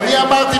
אני אמרתי,